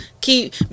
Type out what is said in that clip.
keep